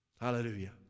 Hallelujah